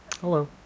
hello